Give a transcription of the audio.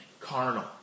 carnal